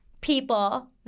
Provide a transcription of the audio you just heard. people